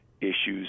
issues